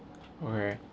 okay